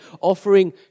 offering